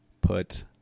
put